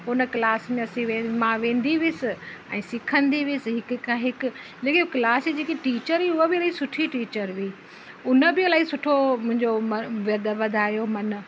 हुन क्लास में असीं वे मां वेंदी विस ऐं सेखंदी विस हिक खां हिक लेकिन हो क्लास जी जेकी टीचर हुई उहा बि इलाही सुठी टीचर हुई उन बि इलाही सुठो मुंहिजो वधायो मन